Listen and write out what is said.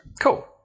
cool